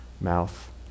mouth